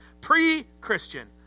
Pre-Christian